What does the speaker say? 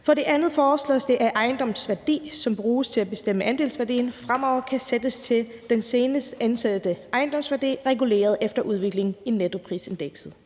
For det andet foreslås det, at ejendommens værdi, som bruges til at bestemme andelsværdien, fremover kan sættes til den senest ansatte ejendomsværdi reguleret efter udviklingen i nettoprisindekset.